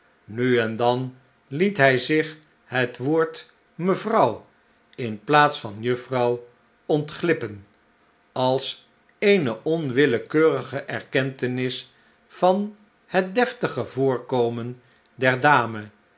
nu en dan liet hij zich het woord mevrouw in plaats van juffrouw ontglippen als eene onwillekeurige erkentenis van het deftige voorkomen der dame